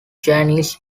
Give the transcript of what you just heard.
janice